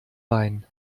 bein